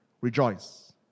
Rejoice